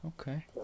okay